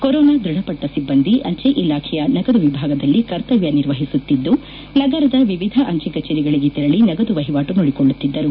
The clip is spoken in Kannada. ಕೊರೋನಾ ದೃಢಪಟ್ಟ ಸಿಬ್ಬಂದಿ ಅಂಚೆ ಇಲಾಖೆಯ ನಗದು ವಿಭಾಗದಲ್ಲಿ ಕರ್ತವ್ಯ ನಿರ್ವಹಿಸುತ್ತಿದ್ದು ನಗರದ ವಿವಿಧ ಅಂಚೆ ಕಚೇರಿಗಳಿಗೆ ತೆರಳಿ ನಗದು ವಹಿವಾಟು ನೋಡಿಕೊಳ್ಳುತ್ತಿದ್ದರು